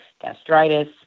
gastritis